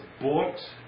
bought